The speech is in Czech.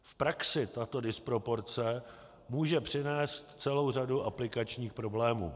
V praxi tato disproporce může přinést celou řadu aplikačních problémů.